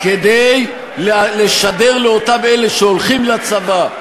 כדי לשדר לאותם אלה שהולכים לצבא,